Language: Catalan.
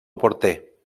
porter